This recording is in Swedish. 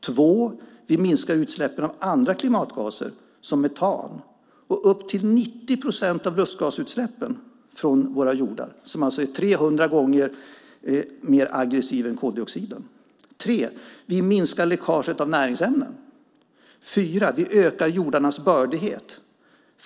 För det andra minskar vi utsläppen av andra klimatgaser, till exempel metan, och upp till 90 procent av lustgasutsläppen från våra jordar. Lustgasen är 300 gånger mer aggressiv än koldioxiden. För det tredje minskar vi läckaget av näringsämnen. För det fjärde ökar vi jordarnas bördighet.